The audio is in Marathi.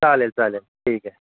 चालेल चालेल ठीक आहे